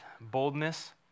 boldness